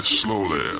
slowly